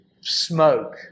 smoke